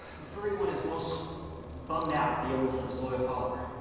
the furry one is most bummed out at the illness of his loyal follower.